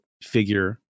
figure